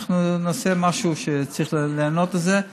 אנחנו נעשה משהו שצריך לענות על זה.